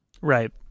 Right